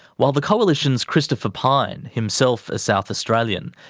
while the coalition's christopher pyne, himself a south australian,